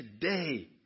today